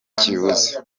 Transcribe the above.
kibuze